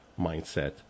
mindset